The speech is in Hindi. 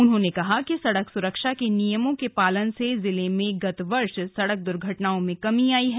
उन्होंने कहा कि सड़क सुरक्षा के नियमों के पालन से जिले में गत वर्ष सड़क दुर्घटनाओं में कमी आयी है